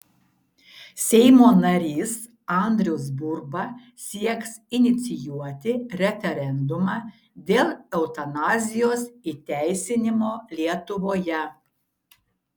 seimo narys andrius burba sieks inicijuoti referendumą dėl eutanazijos įteisinimo lietuvoje